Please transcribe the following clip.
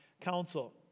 Council